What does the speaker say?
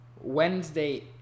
Wednesday